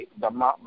dama